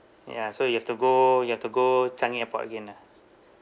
ya so you have to go you have to go changi airport again ah